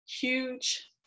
huge